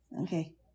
Okay